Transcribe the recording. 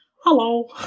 Hello